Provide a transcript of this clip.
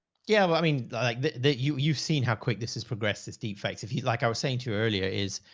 yeah. but i mean, like th you, you've seen how quick this has progressed, this deep fate, if you, like i was saying to you earlier is